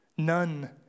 None